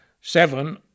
seven